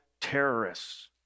terrorists